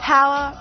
Power